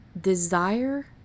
desire